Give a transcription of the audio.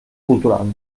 culturals